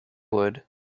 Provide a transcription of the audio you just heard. would